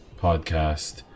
podcast